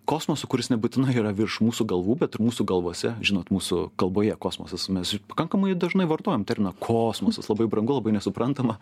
kosmosą kuris nebūtinai yra virš mūsų galvų bet ir mūsų galvose žinot mūsų kalboje kosmosas mes pakankamai dažnai vartojam terminą kosmosas labai brangu labai nesuprantama